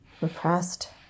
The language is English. Repressed